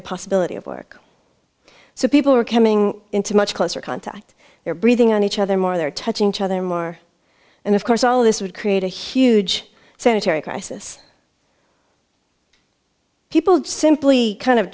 the possibility of work so people were coming into much closer contact their breathing on each other more they're touching each other more and of course all of this would create a huge sanitary crisis people simply kind of